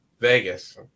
Vegas